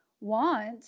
want